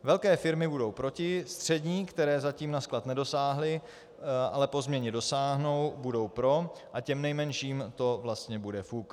Velké firmy budou proti, střední, které zatím na sklad nedosáhly, ale po změně dosáhnou, budou pro a těm nejmenším to bude vlastně fuk.